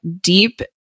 deep